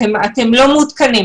אתם לא מעודכנים.